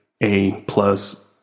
A-plus